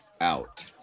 out